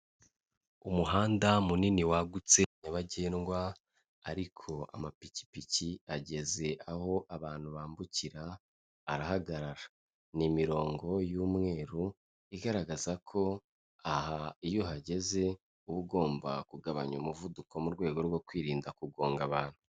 Umuhanda munini wagutse nyabagendwa ariko amapikipiki ageze aho abantu bambukira arahagarara, ni imirongo y'umweru igaragaza ko aha iyo uhageze uba ugomba kugabanya umuvuduko mu rwego rwo kwirinda kugonga abantu.